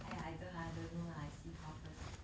!aiya! I do~ I don't know lah I see how first